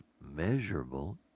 measurable